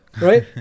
Right